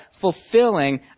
fulfilling